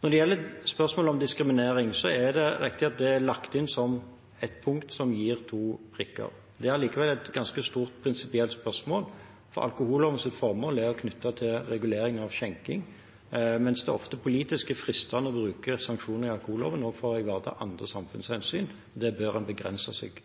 Når det gjelder spørsmålet om diskriminering, er det riktig at det er lagt inn som et punkt som gir to prikker. Det er allikevel et ganske stort prinsipielt spørsmål, for alkohollovens formål er knyttet til regulering av skjenking, mens det ofte politisk er fristende å bruke sanksjonene i alkoholloven også for å ivareta andre samfunnshensyn. Der bør en begrense seg.